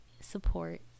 support